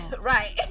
right